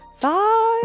five